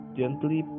gently